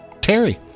Terry